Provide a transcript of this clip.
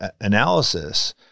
analysis